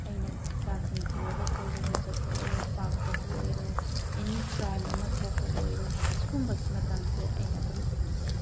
ꯑꯩꯅ ꯏꯆꯥꯁꯤꯡ ꯄꯨꯔꯒ ꯀꯣꯏꯕꯕꯨ ꯆꯠꯄ ꯑꯣꯏꯔꯣ ꯄꯥꯛꯇꯕꯨ ꯑꯣꯏꯔꯣ ꯑꯦꯅꯤ ꯀ꯭ꯔꯥꯏꯝ ꯑꯃ ꯊꯣꯛꯄ ꯑꯣꯏꯔꯣ ꯁꯤꯒꯨꯝꯕꯁꯤ ꯃꯇꯝꯁꯦ ꯑꯩꯅ ꯑꯗꯨꯝ ꯏꯖꯩ